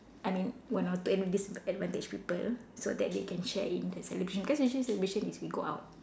I mean one or two and disadvantage people so that they can share it in their celebration because usually celebration is we go out